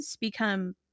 become